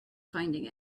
finding